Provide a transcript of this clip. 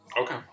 okay